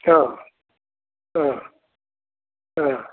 অঁ অঁ অঁ